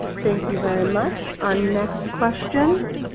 thank you very much. our next question,